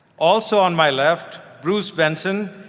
also on my left bruce benson,